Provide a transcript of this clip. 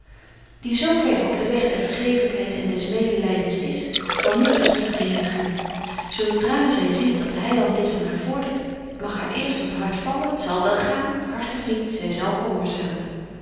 die zo verre op den weg der vergeeflykheid en des medelydens is zal niet bedroeft henen gaan zo dra zy ziet dat de heiland dit van haar vordert t mag haar eerst wat hart vallen t zal wel gaan hart of niet zy zal gehoorzamen